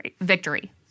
victory